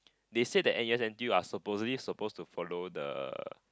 they say that N_U_S N_T_U are supposedly supposed to follow the